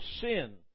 sin